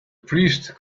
priest